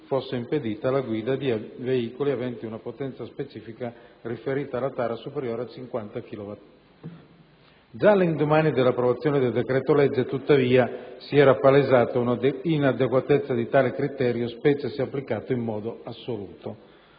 fosse impedita la guida di veicoli aventi una potenza specifica, riferita alla tara, superiore a 50 kW/t. Già all'indomani dell'approvazione del decreto-legge, tuttavia, si era palesata una inadeguatezza di tale criterio, specie se applicato in modo assoluto.